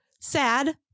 Sad